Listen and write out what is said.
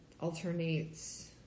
alternates